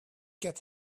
get